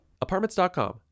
Apartments.com